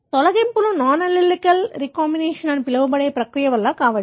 తొలగింపులు non allelic recombination అని పిలవబడే ప్రక్రియ వల్ల కావచ్చు